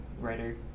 writer